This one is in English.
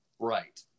Right